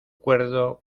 cuerdo